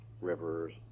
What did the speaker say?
rivers